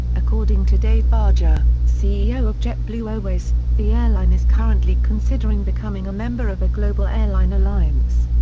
according to dave barger, ceo of jetblue airways, the airline is currently considering becoming a member of a global airline alliance.